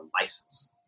license